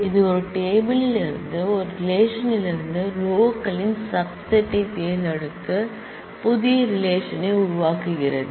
இது ஒரு டேபிள் ல் இருந்து ஒரு ரிலேஷன் லிருந்து ரோ ளின் சப் செட் தேர்ந்தெடுத்து புதிய ரிலேஷன் உருவாக்குகிறது